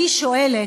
ואני שואלת: